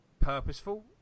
purposeful